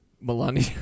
Melania